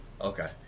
Okay